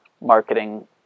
marketing